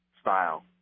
style